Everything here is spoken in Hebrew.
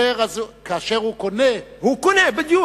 כשהוא קונה, הוא קונה, בדיוק.